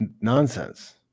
nonsense